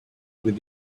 with